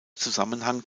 zusammenhang